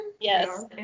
Yes